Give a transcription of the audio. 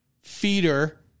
Feeder